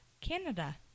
Canada